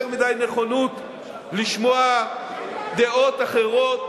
יותר מדי נכונות לשמוע דעות אחרות,